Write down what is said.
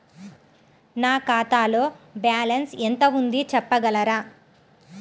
నా ఖాతాలో బ్యాలన్స్ ఎంత ఉంది చెప్పగలరా?